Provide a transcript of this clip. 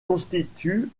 constituent